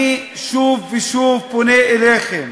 אני שוב ושוב פונה אליכם,